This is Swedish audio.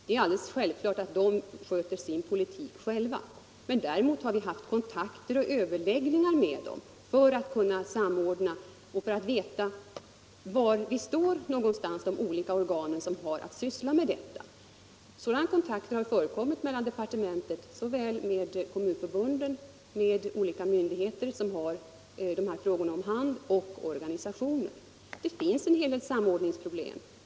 Det är alldeles självklart att dessa förbund sköter sin politik själva, men vi har haft kontakter och överläggningar med dem för att få en samordning och för att få veta vilken ståndpunkt de olika organ som sysslar med detta har. Departementet har haft sådana kontakter med såväl Kommunförbundet som andra myndigheter och organisationer som har hand om dessa frågor. Det finns en hel del samordningsproblem.